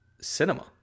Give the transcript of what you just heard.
cinema